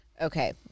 Okay